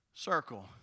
Circle